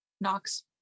Knox